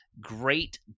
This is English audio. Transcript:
great